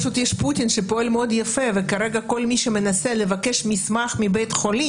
פשוט יש פוטין שפועל מאוד יפה וכרגע כל מי שמנסה לבקש מסמך מבית חולים,